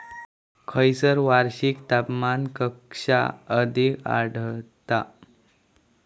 खैयसर वार्षिक तापमान कक्षा अधिक आढळता?